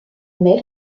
mère